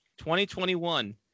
2021